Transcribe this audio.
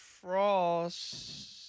Frost